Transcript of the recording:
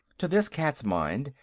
to this cat's mind,